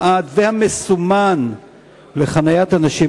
במקומות המיועדים לאנשים